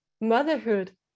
motherhood